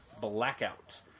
Blackout